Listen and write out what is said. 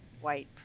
white